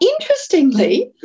interestingly